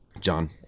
John